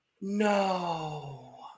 No